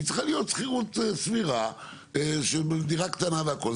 היא צריכה להיות שכירות סבירה של דירה קטנה והכל,